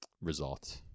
result